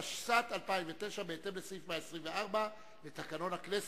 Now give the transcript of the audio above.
התשס"ט 2009, בהתאם לסעיף 124 לתקנון הכנסת.